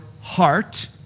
heart